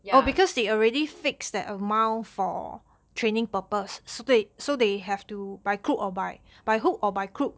ya